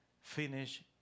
finish